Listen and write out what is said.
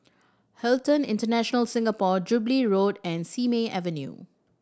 Hilton International Singapore Jubilee Road and Simei Avenue